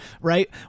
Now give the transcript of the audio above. right